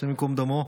השם ייקום דמו,